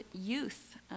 youth